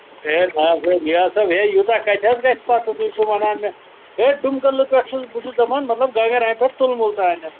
ہَے نہَ حظ رِیاض صٲب ہَے یوٗتاہ کَتہِ حظ گژھِ پَتہٕ تُہۍ چھِو وَنان مےٚ ہَے ڈُمہٕ کٔدلہٕ پٮ۪ٹھ چھُس بہٕ چھُس دَپان مطلب گَگرے پٮ۪ٹھ تُلمُل تانٮ۪تھ